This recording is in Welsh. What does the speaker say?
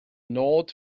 nod